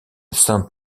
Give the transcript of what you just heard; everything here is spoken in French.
saint